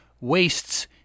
wastes